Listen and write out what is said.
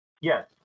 Yes